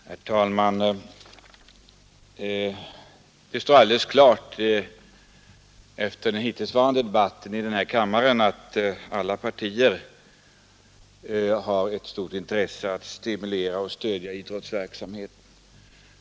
Herr talman! Det står alldeles klart efter den hittills förda debatten i kammaren, att alla partier har ett stort intresse av att stimulera och stödja idrottsverksamheten.